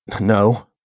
no